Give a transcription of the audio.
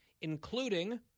including